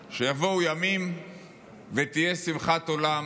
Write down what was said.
שיבואו ימים ותהיה "שמחת עולם ליושביה".